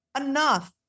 enough